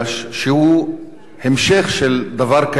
שהוא המשך של דבר קיים,